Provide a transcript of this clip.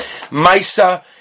Misa